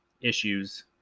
issues